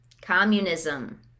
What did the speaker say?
Communism